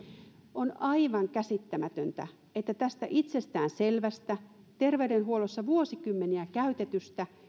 on aivan käsittämätöntä että tästä itsestään selvästä terveydenhuollossa vuosikymmeniä käytetystä